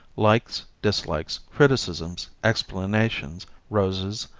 likes, dislikes, criticisms, explanations, roses,